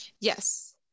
yes